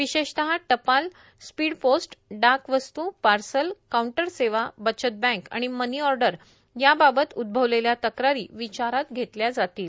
विशेषतः टपालए स्पीड पोस्टए डाक वस्तूए पार्सलए काउंटर सेवाए बचत बँक आणि मनी ऑर्डर यावाबत उद्धवलेल्या तक्रारी विचारात घेतल्या जातील